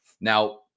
Now